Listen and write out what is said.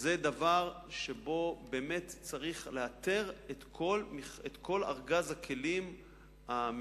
זה דבר שבו באמת צריך לאתר את כל ארגז הכלים המשפטי,